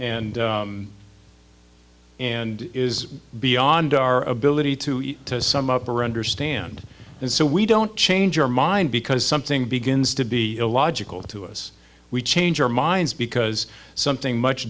and and is beyond our ability to sum up or understand and so we don't change our mind because something begins to be illogical to us we change our minds because something much